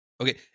Okay